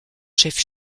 chefs